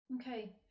Okay